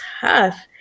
tough